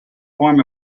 form